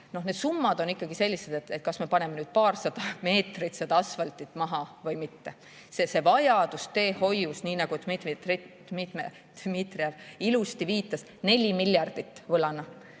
Need summad on ikkagi sellised, et kas me paneme paarsada meetrit asfalti maha või mitte. Sest seda vajadust teehoius, nii nagu Dmitri Dmitrijev ilusti viitas, 4 miljardit võlana,